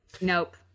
Nope